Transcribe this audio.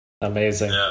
Amazing